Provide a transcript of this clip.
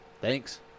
thanks